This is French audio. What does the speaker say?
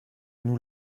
nous